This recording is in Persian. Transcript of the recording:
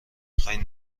خوای